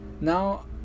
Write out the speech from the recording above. now